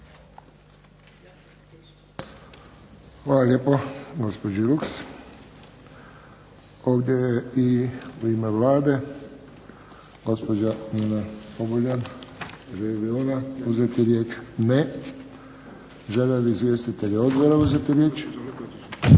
Hvala lijepo gospođi Luchs. Ovdje je u ime Vlade gospođa Nina Oguljan, želi li ona uzeti riječ? Ne. Žele li izvjestitelji Odbora uzeti riječ.